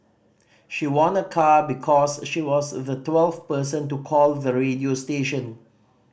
she won a car because she was the twelfth person to call the radio station